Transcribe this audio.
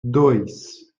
dois